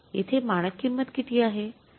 येथे मानक किंमत किती आहे